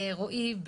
רועי,